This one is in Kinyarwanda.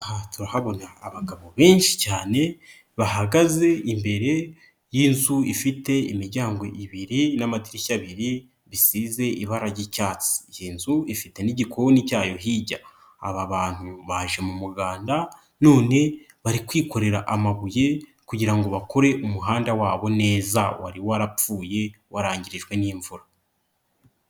Aha turahabona abagabo benshi cyane, bahagaze imbere y'inzu ifite imiryango ibiri n'amadirishya abiri bisize ibara ry'icyatsi. Iyi nzu ifite n'igikoni cyayo hirya. Aba bantu baje mu muganda, none bari kwikorera amabuye kugira ngo bakore umuhanda wabo neza, wari warapfuye warangirijwe n'imvura.